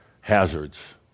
hazards